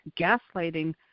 gaslighting